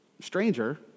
stranger